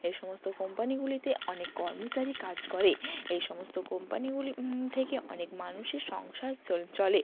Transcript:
এই সমস্ত কোম্পানিগুলিতে অনেক কর্মচারী কাজ করে এই সমস্ত কোম্পানিগুলি থেকে অনেক মানুষের সংসার চলে